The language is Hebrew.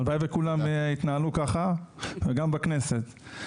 הלוואי וכולם יתנהלו כך, וגם בכנסת.